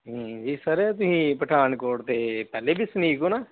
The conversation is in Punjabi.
ਜੀ ਸਰ ਤੁਸੀਂ ਪਠਾਨਕੋਟ ਦੇ ਪਹਿਲੇ ਵਸਨੀਕ ਹੋ ਨਾ